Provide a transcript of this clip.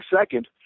second